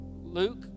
luke